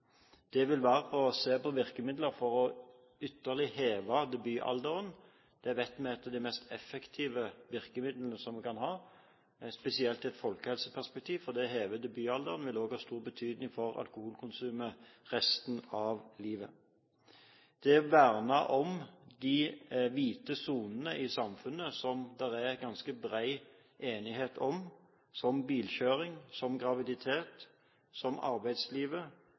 Det vil være å se på virkemidler for ytterligere å heve debutalderen. Det vet vi er et av de mest effektive virkemidlene som vi kan ha, spesielt i et folkehelseperspektiv, for det å heve debutalderen vil også ha stor betydning for alkoholkonsumet resten av livet. Det å verne om de «hvite» sonene i samfunnet, som bilkjøring, som graviditet, som arbeidslivet, som idretten og som